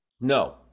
no